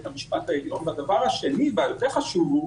הדבר השני והיותר חשוב הוא